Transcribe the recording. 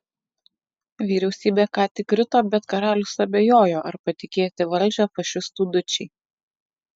vyriausybė ką tik krito bet karalius abejojo ar patikėti valdžią fašistų dučei